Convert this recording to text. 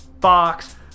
Fox